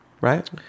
right